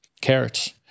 Carrots